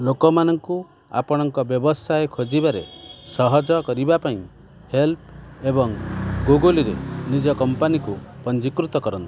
ଲୋକମାନଙ୍କୁ ଆପଣଙ୍କ ବ୍ୟବସାୟ ଖୋଜିବାରେ ସହଜ କରିବା ପାଇଁ ହେଲ୍ପ୍ ଏବଂ ଗୁଗୁଲ୍ରେ ନିଜ କମ୍ପାନୀକୁ ପଞ୍ଜୀକୃତ କରନ୍ତୁ